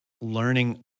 learning